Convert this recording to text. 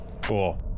Cool